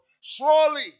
Surely